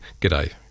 g'day